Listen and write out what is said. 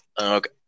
Okay